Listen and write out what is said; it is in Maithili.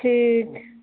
ठीक